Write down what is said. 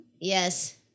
Yes